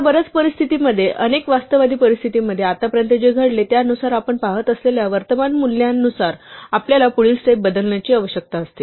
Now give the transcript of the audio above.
आता बर्याच परिस्थितींमध्ये अनेक वास्तववादी परिस्थितींमध्ये आत्तापर्यंत जे घडले त्यानुसार आपण पाहत असलेल्या वर्तमान मूल्यांनुसार आपल्याला पुढील स्टेप बदलण्याची आवश्यकता असते